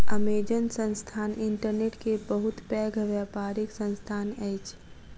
Amazon संस्थान internet के बहुत पैघ व्यापारिक संस्थान अछि